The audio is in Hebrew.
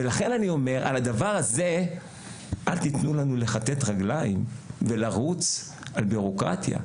לכן אני אומר: אל תתנו לנו לכתת רגליים ולרוץ על בירוקרטיה.